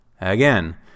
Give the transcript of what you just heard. Again